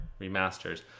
remasters